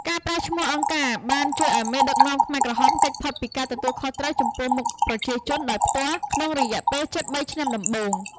ការប្រើឈ្មោះ «អង្គការ» បានជួយឱ្យមេដឹកនាំខ្មែរក្រហមគេចផុតពីការទទួលខុសត្រូវចំពោះមុខប្រជាជនដោយផ្ទាល់ក្នុងរយៈពេលជិត ៣ ឆ្នាំដំបូង។